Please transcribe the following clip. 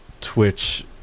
twitch